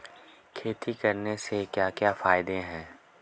खेती करने से क्या क्या फायदे हैं?